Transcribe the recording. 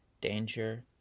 danger